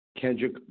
Kendrick